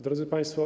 Drodzy Państwo!